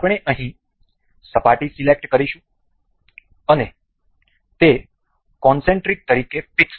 આપણે અહીં સપાટી સિલેક્ટ કરીશું અને તે કોનસેન્ટ્રિક તરીકે ફિક્સ છે